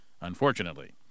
unfortunately